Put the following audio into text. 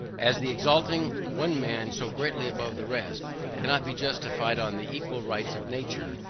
as the exalting one man so greatly above the rest cannot be justified on the equal rights of nature,